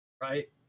right